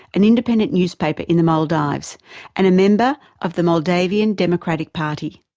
an independent newspaper in the maldives and a member of the modavian democratic party.